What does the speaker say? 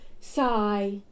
sigh